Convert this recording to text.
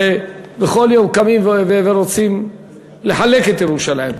הרי בכל יום קמים ורוצים לחלק את ירושלים.